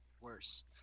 worse